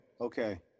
Okay